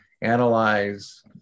analyze